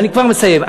אני כבר מסיים.